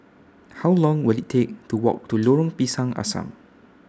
How Long Will IT Take to Walk to Lorong Pisang Asam